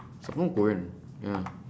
samsung korean ya